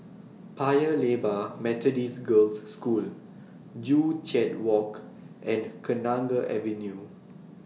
Paya Lebar Methodist Girls' School Joo Chiat Walk and Kenanga Avenue